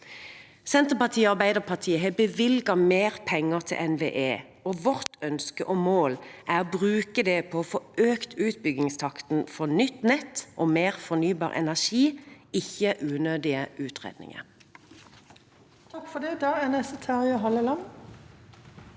Senterpartiet og Arbeiderpartiet har bevilget mer penger til NVE, og vårt ønske og mål er å bruke det på å få økt utbyggingstakten for nytt nett og mer fornybar energi, ikke unødige utredninger.